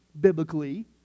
biblically